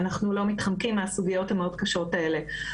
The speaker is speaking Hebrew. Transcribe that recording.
אנחנו לא מתחמקים מהסוגיות המאוד קשות האלה.